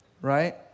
right